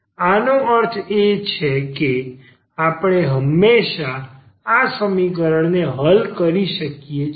આનો અર્થ એ કે આપણે હંમેશાં આ સમીકરણને હલ કરી શકીએ છીએ